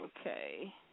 Okay